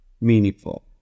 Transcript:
meaningful